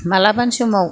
मालाबानि समाव